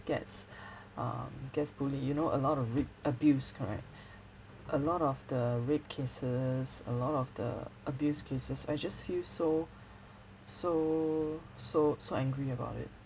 gets err gets bullied you know a lot of ra~ abuse correct a lot of the rape cases a lot of the abuse cases I just feel so so so so angry about it